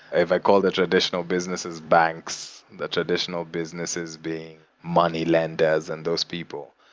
if i call the traditional businesses, banks, the traditional businesses being money lenders and those people.